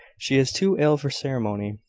she is too ill for ceremony.